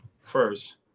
first